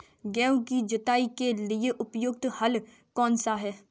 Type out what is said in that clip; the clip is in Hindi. गेहूँ की जुताई के लिए प्रयुक्त हल कौनसा है?